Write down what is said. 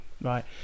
right